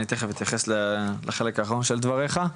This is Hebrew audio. אני תיכף אתייחס לחלק האחרון של דבריך,